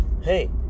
hey